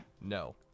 No